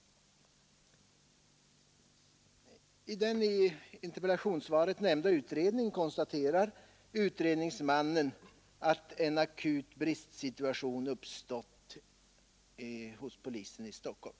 I den i interpellationssvaret nämnda utredningen konstaterar utred = Nr 125 ningsmannen att en akut bristsituation uppstått hos polisen i Stockholm.